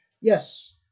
Yes